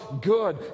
good